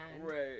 right